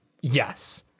Yes